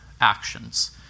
actions